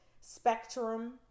spectrum